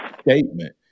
statement